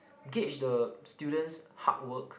gauge the student's hard work